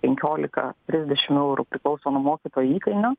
penkiolika trisdešim eurų priklauso nuo mokytojo įkainio